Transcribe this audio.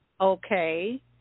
okay